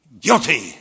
Guilty